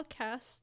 podcast